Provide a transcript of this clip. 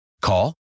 Call